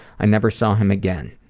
i never saw him again.